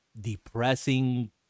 Depressing